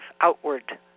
outward